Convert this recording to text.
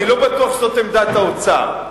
אני לא בטוח שזאת עמדת האוצר,